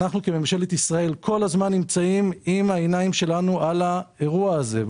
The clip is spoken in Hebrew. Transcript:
אנחנו רוצים להיות כל הזמן עם העיניים שלנו על האירוע הזה,